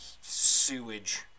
sewage